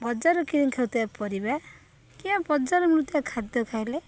ଆଉ ବଜାରରୁ କିଣି ଖାଉଥିବା ପରିବା କିମ୍ୱା ବଜାରରୁ ମିଳୁଥିବା ଖାଦ୍ୟ ଖାଇଲେ